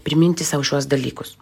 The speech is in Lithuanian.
priminti sau šiuos dalykus